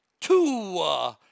two